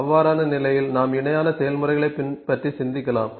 அவ்வாறான நிலையில் நாம் இணையான செயல்முறைகளைப் பற்றி சிந்திக்கலாம்